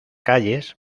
calles